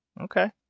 Okay